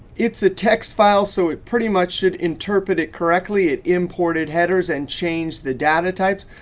it's a text file, so it pretty much should interpret it correctly. it imported headers and changed the data types.